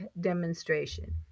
demonstration